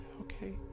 Okay